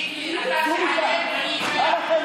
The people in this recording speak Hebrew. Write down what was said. שיקלי, אתה תיעלם ואני אשאר.